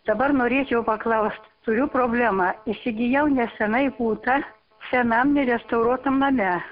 dabar norėčiau paklaust turiu problemą įsigijau nesenai būtą senam nerestauruotam name